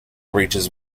reaches